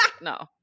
No